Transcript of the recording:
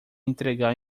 entregar